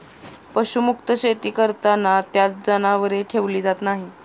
पशुमुक्त शेती करताना त्यात जनावरे ठेवली जात नाहीत